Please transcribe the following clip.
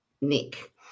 Nick